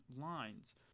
lines